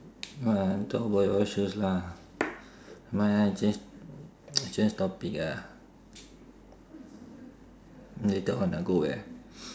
oh ya talk about yours first lah never mind lah change change topic ah later on I go where